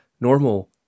normal